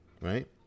right